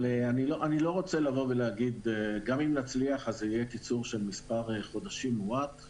אבל גם אם נצליח זה יהיה קיצור של מספר מועט של חודשים.